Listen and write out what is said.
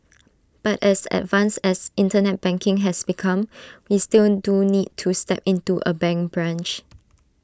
but as advanced as Internet banking has become we still do need to step into A bank branch